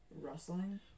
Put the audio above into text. rustling